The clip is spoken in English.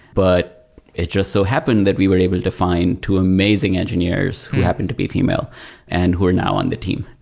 but it just so happened that we were able to find two amazing engineers who happen to be female and who are now on the team.